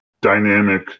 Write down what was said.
dynamic